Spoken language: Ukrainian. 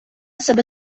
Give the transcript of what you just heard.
себе